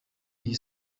iyi